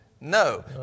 No